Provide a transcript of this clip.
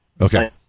okay